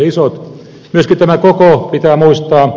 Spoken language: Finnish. myöskin tämä koko pitää muistaa